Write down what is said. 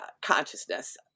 consciousness